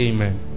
Amen